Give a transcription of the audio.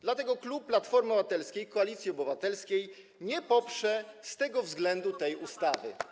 Dlatego klub Platformy Obywatelskiej - Koalicji Obywatelskiej nie poprze z tego względu tej ustawy.